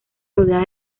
rodeadas